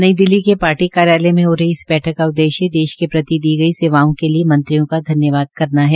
नई दिल्ली के पार्टी कार्यालय मे हो रही इस बैठक का उददेश्य देश के प्रति दी गई सेवाओं के लिये मंत्रियों का धन्यवाद करना है